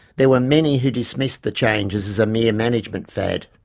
there were many who dismissed the changes as a mere management fad.